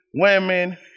women